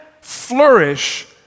flourish